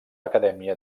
acadèmia